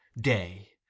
Day